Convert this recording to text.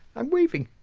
i'm waving.